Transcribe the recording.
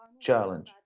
challenge